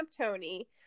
Tony